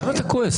למה אתה כועס?